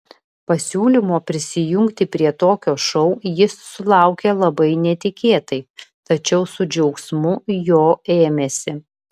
pasiūlymo prisijungti prie tokio šou jis sulaukė labai netikėtai tačiau su džiaugsmu jo ėmėsi